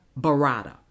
Barada